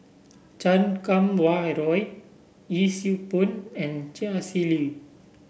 Chan Kum Wah Roy Yee Siew Pun and Chia Shi Lu